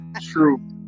true